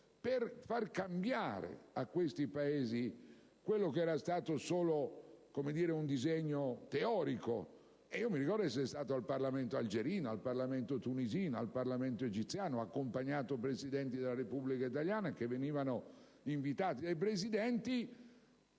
per far cambiare a questi Paesi quello che era solo un disegno teorico. Ricordo di essere stato al Parlamento algerino, al Parlamento tunisino, a quello egiziano, e di aver accompagnato Presidenti della Repubblica italiana che venivano invitati dai Presidenti